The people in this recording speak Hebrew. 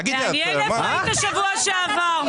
מעניין איפה היית בשבוע שעבר.